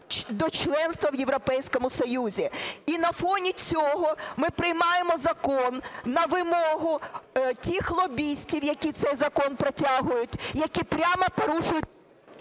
до членства в Європейському Союзі. І на фоні цього ми приймаємо закон на вимогу тих лобістів, які цей закон протягують, які прямо порушують…